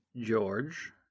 George